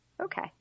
okay